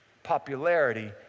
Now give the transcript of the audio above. popularity